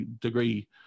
degree